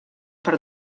per